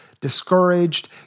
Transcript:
discouraged